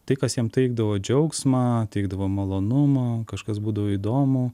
tai kas jam teikdavo džiaugsmą teikdavo malonumo kažkas būdavo įdomu